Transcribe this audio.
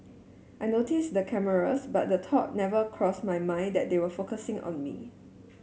I noticed the cameras but the thought never crossed my mind that they were focusing on me